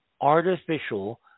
artificial